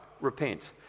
repent